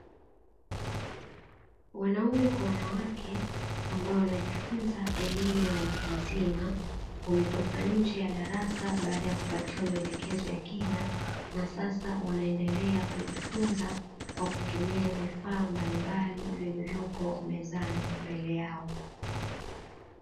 Wanaume kwa wanawake ambao wanajifunza elimu ya watu wazima wametoka nje ya darasa baada ya kupatiwa maelekezo ya kina na sasa wanaendelea kujifunza kwa kutumia vifaa mbalimbali vilivyopo mezani mbele yao